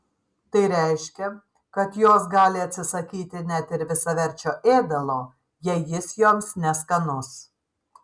tai reiškia kad jos gali atsisakyti net ir visaverčio ėdalo jei jis joms neskanus